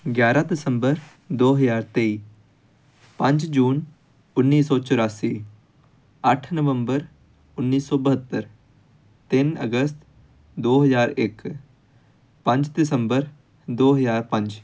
ਗਿਆਰਾਂ ਦਸੰਬਰ ਦੋ ਹਜ਼ਾਰ ਤੇਈ ਪੰਜ ਜੂਨ ਉੱਨੀ ਸੌ ਚੁਰਾਸੀ ਅੱਠ ਨਵੰਬਰ ਉੱਨੀ ਸੌ ਬਹੱਤਰ ਤਿੰਨ ਅਗਸਤ ਦੋ ਹਜ਼ਾਰ ਇੱਕ ਪੰਜ ਦਸੰਬਰ ਦੋ ਹਜ਼ਾਰ ਪੰਜ